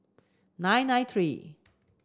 nine nine three